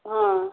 ହଁ